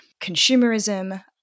consumerism